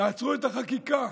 תעצרו את החקיקה.